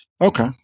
Okay